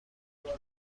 دارم